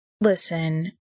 Listen